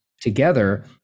together